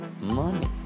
money